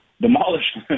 demolished